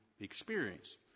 experience